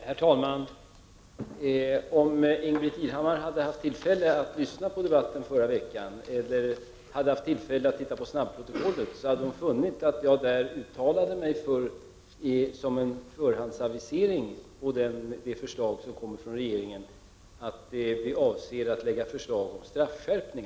Herr talman! Om Ingbritt Irhammar hade haft tillfälle att lyssna på debatten i förra veckan, eller att titta i snabbprotokollet, hade hon funnit att jag gjorde en förhandsavisering om att regeringen avser att lägga fram förslag om en straffskärpning.